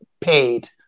paid